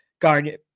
guard